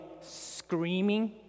screaming—